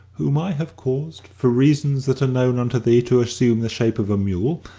whom i have caused, for reasons that are known unto thee, to assume the shape of a mule,